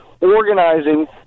organizing